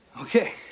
Okay